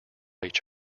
each